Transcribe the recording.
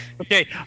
okay